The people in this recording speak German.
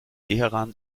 teheran